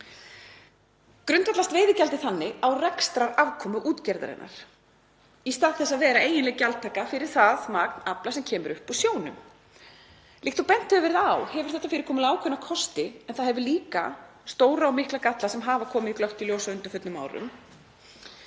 Grundvallast veiðigjaldið þannig á rekstrarafkomu útgerðarinnar í stað þess að vera eiginleg gjaldtaka fyrir það magn afla sem kemur upp úr sjónum. Líkt og bent hefur verið á hefur þetta fyrirkomulag ákveðna kosti en það hefur líka stóra og mikla galla sem hafa komið glöggt í ljós á undanförnum árum.